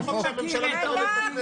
זה חוק שהממשלה מתערבת בכנסת?